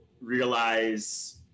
realize